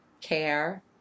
care